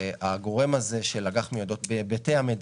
הגורם הזה של אג"ח מיועדות בהיבטי המדינה,